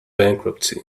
bankruptcy